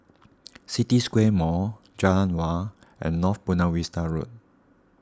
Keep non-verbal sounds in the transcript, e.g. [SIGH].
[NOISE] City Square Mall Jalan Awan and North Buona Vista Road